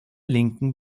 linken